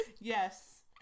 yes